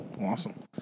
Awesome